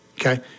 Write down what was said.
Okay